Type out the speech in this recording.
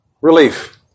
Relief